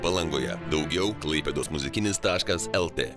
palangoje daugiau klaipėdos muzikinis taškas lt